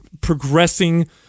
progressing